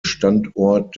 standort